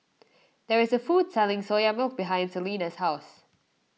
there is a food court selling Soya Milk behind Celena's house